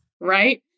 right